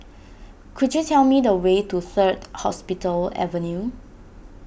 could you tell me the way to Third Hospital Avenue